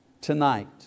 tonight